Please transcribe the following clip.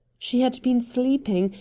she had been sleeping,